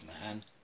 man